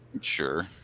Sure